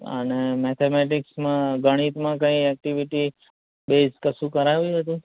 અને મેથેમેટિક્સમાં ગણિતમાં કંઈ એક્ટિવિટી બેઝ કશું કરાવ્યું હતું